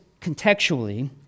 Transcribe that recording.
contextually